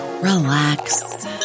relax